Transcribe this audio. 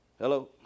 Hello